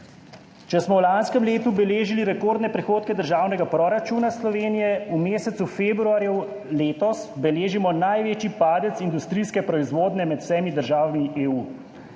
Če smo v lanskem letu beležili rekordne prihodke državnega proračuna Slovenije, v mesecu februarju letos beležimo največji padec industrijske proizvodnje med vsemi državami EU.